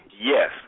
yes